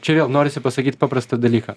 čia vėl norisi pasakyt paprastą dalyką